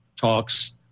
talks